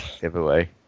Giveaway